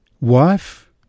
wife